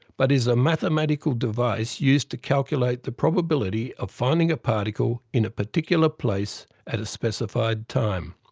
but is a mathematical device used to calculate the probability of finding a particle in a particular place at a specified time.